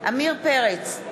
עמיר פרץ,